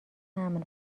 امن